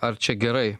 ar čia gerai